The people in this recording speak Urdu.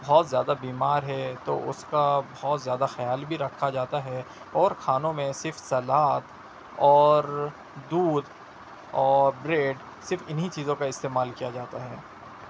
بہت زیادہ بیمار ہے تو اس کا بہت زیادہ خیال بھی رکھا جاتا ہے اور کھانوں میں صرف سلاد اور دودھ اور بریڈ صرف انہیں چیزوں کا استعمال کیا جاتا ہے